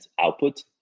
output